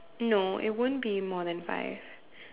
no it won't be more than five